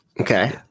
Okay